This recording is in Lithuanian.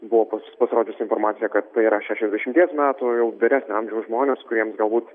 buvo pas pasirodžiusi informacija kad tai yra šešiasdešimties metų jau vyresnio amžiaus žmonės kuriems galbūt